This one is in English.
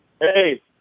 hey